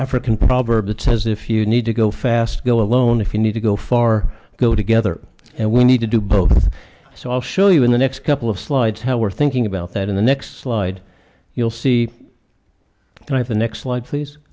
african proverb that says if you need to go fast go alone if you need to go far go together and we need to do both so i'll show you in the next couple of slides how we're thinking about that in the next slide you'll see kind of the next sli